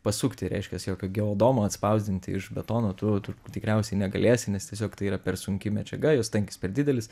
pasukti reiškias jokio geodomo atspausdinti iš betono tu turbūt tikriausiai negalėsi nes tiesiog tai yra per sunki medžiaga jos tankis per didelis